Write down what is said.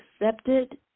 accepted